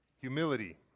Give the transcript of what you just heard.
humility